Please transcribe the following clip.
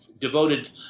devoted